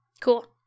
Cool